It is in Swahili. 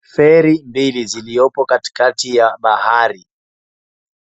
Feri mbili ziliopo katikati ya bahari,